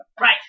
Right